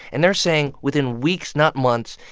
and they're saying within weeks, not months,